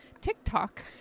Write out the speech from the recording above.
TikTok